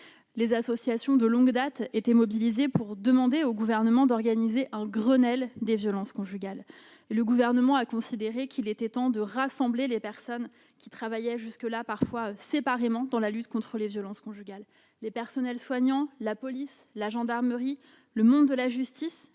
Les associations de longue date étaient mobilisées pour demander au Gouvernement d'organiser un Grenelle des violences conjugales. Le Gouvernement a considéré qu'il était temps de rassembler les personnes qui travaillaient jusque-là parfois séparément dans la lutte contre les violences conjugales : les personnels soignants, la police, la gendarmerie, le monde de la justice,